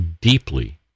deeply